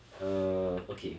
uh okay